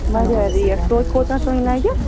واریاہ ریٹ توتہِ کوتاہ تانۍ لَگٮ۪س